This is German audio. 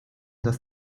dass